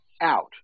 out